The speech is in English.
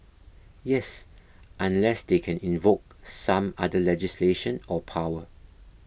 yes unless they can invoke some other legislation or power